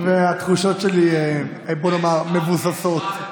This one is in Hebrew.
והתחושות שלי, בוא נאמר, מבוססות.